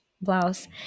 blouse